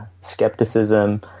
skepticism